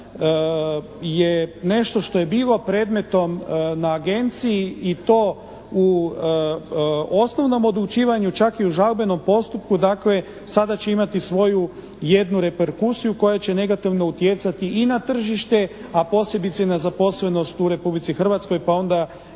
je nešto što je bilo predmetom na agenciji i to u osnovnom odlučivanju čak i u žalbenom postupku, dakle sada će imati svoju jednu reperkusiju koja će negativno utjecati i na tržište, a posebice na zaposlenost u Republici Hrvatskoj pa onda